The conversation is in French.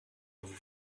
vous